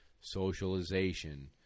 socialization